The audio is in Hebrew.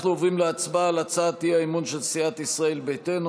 אנחנו עוברים להצבעה על הצעת האי-אמון של סיעת ישראל ביתנו,